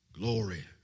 Glory